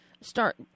start